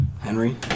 Henry